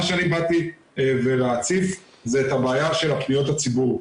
מה שבאתי להציף זה את הבעיה של פניות הציבור.